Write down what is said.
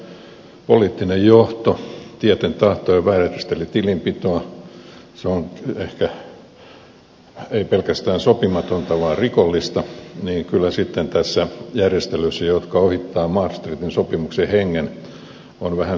jos kreikan poliittinen johto tieten tahtoen vääristeli tilinpitoa se on ehkä ei pelkästään sopimatonta vaan rikollista niin kyllä sitten näissä järjestelyissä jotka ohittavat maastrichtin sopimuksen hengen on vähän samanlaista